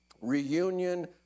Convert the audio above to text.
Reunion